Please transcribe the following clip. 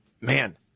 Man